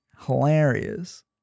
hilarious